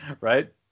Right